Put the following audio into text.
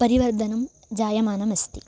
परिवर्धनं जायमानम् अस्ति